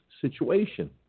situation